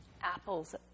apples